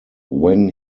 when